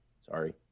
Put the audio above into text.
Sorry